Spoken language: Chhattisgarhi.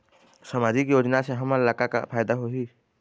सामाजिक योजना से हमन ला का का फायदा होही?